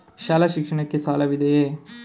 ಶಾಲಾ ಶಿಕ್ಷಣಕ್ಕೆ ಸಾಲವಿದೆಯೇ?